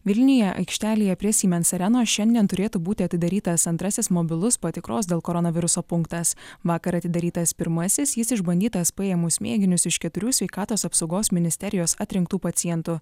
vilniuje aikštelėje prie siemens arenos šiandien turėtų būti atidarytas antrasis mobilus patikros dėl koronaviruso punktas vakar atidarytas pirmasis jis išbandytas paėmus mėginius iš keturių sveikatos apsaugos ministerijos atrinktų pacientų